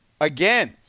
again